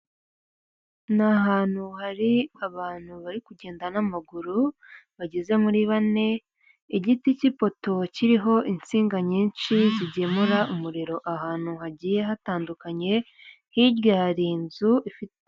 Ni ahantu hari abantu bari kugenda n'amaguru bageze muri bane, igiti cy'ipoto kiriho insinga nyinshi zigemura umuriro ahantu hagiye hatandukanye, hirya hari inzu ifite,